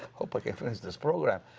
hope i can finish this program.